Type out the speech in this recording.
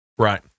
Right